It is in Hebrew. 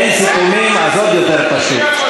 אין סיכומים, אז עוד יותר פשוט.